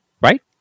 right